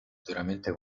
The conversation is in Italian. duramente